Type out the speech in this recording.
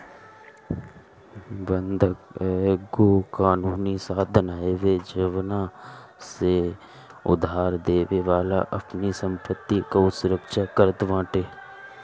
बंधक एगो कानूनी साधन हवे जवना से उधारदेवे वाला अपनी संपत्ति कअ सुरक्षा करत बाटे